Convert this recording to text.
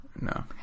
no